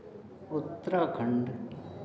Uttarakhand